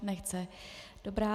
Nechce, dobrá.